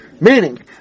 Meaning